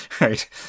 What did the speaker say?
right